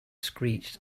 screeched